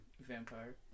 Vampire